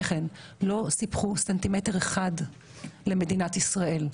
כן לא סיפחו סנטימטר אחד למדינת ישראל.